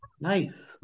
nice